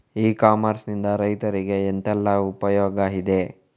E commerce ನಿಂದ ರೈತರಿಗೆ ಎಂತೆಲ್ಲ ಉಪಯೋಗ ಇದೆ?